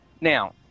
now